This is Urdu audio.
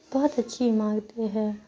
بہت اچھی عمارتیں ہیں